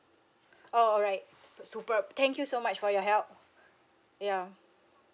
oh alright superb thank you so much for your help yeah